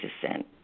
descent